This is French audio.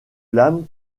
l’âme